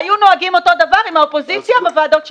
היו נוהגים אותו דבר עם האופוזיציה בוועדות שלהם.